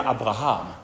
Abraham